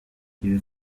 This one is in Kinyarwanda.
ibi